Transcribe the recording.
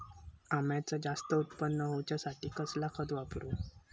अम्याचा जास्त उत्पन्न होवचासाठी कसला खत वापरू?